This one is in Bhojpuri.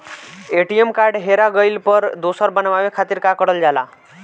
ए.टी.एम कार्ड हेरा गइल पर दोसर बनवावे खातिर का करल जाला?